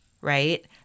right